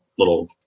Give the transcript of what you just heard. little